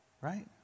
Right